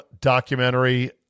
documentary